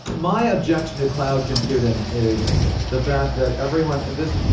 my objection to cloud computing is the fact that everyone, and this is,